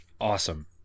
awesome